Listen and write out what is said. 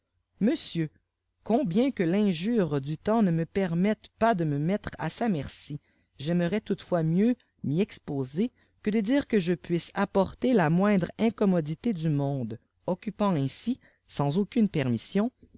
monsieur combien que finjure du temps ne me pènnetfe pas de me riieltre à sa merci j'aimerais toutefois mietrx ni'y exposer que de dire que je puisse apporter la moindre incommodité du monde occupant ici sans aucune permission